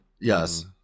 Yes